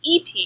EP